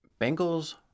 Bengals